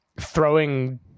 throwing